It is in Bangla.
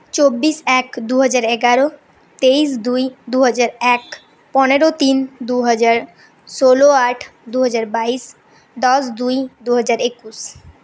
চব্বিশ এক দুহাজার এগারো তেইশ দুই দুহাজার এক পনেরো তিন দুহাজার ষোলো আট দুহাজার বাইশ দশ দুই দুহাজার একুশ